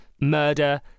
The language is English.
murder